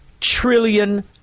trillion